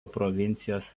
provincijos